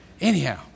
Anyhow